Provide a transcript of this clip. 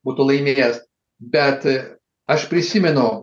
būtų laimėjęs bet aš prisimenu